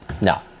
no